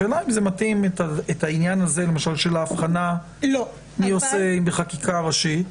השאלה אם מתאים לשים את העניין של ההבחנה בחקיקה ראשית.